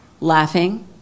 laughing